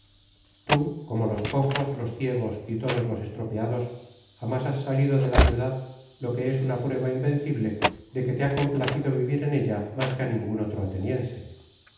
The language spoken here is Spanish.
tú como los cojos los iegos y todos los estropeados jamás has platón obras completas edición de patricio de azcárate tomo adrid salido de la ciudad lo que es uua prueba iuveiicible do que te ha complacido vivir en ella más que á ningún otro ateniense